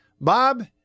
Bob